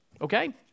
okay